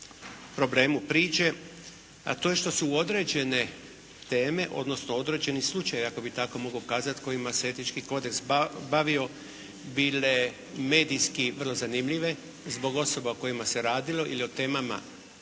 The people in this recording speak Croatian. problemu priđe, a to je što su određene teme odnosno određeni slučajevi ako bih tako mogao kazati kojima se etički kodeks bavio bile medijski vrlo zanimljive zbog osoba o kojima se radilo ili o temama